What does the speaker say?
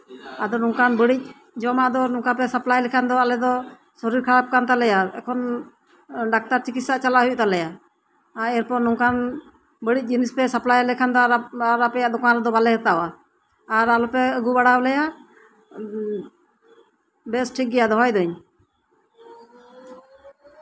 ᱟᱫᱚ ᱱᱚᱝᱠᱟᱱ ᱵᱟ ᱲᱤᱡ ᱡᱚᱢᱟᱜ ᱫᱚ ᱱᱚᱝᱠᱟ ᱯᱮ ᱥᱟᱯᱞᱟᱭ ᱞᱮᱠᱷᱟᱱ ᱫᱚ ᱥᱚᱨᱤᱨ ᱠᱷᱟᱨᱟᱯ ᱠᱟᱱ ᱛᱟᱞᱮᱭᱟ ᱮᱠᱮᱱ ᱰᱟᱠᱛᱟᱨ ᱚᱲᱟᱜ ᱜᱮ ᱪᱟᱞᱟᱜ ᱜᱩᱭᱩᱜ ᱠᱟᱱ ᱛᱟᱞᱮᱭ ᱮᱨᱯᱚᱨ ᱱᱚᱝᱠᱟᱱ ᱵᱟ ᱲᱤᱡ ᱡᱤᱱᱤᱥ ᱯᱮ ᱥᱟᱯᱞᱟᱭ ᱞᱮᱠᱷᱟᱱ ᱫᱚ ᱟᱯᱮᱭᱟᱜ ᱫᱚᱠᱟᱱ ᱨᱮᱫᱚ ᱵᱟᱞᱮ ᱦᱟᱛᱟᱣᱟ ᱟᱨ ᱟᱞᱮ ᱯᱮ ᱟᱜᱩ ᱵᱟᱲᱟᱣᱟᱞᱮᱭᱟ ᱩᱸᱜ ᱵᱮᱥ ᱴᱷᱤᱠᱜᱮᱭᱟ ᱫᱚᱦᱚᱭᱫᱟᱹᱧ